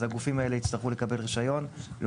אז הגופים האלה יצטרכו לקבל רישיון לא